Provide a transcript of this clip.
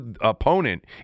opponent